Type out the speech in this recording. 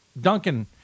Duncan